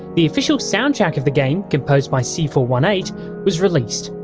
the official soundtrack of the game, composed by c four one eight was released.